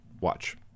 Watch